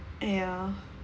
ah ya